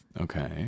okay